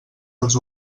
els